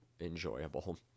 enjoyable